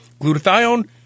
Glutathione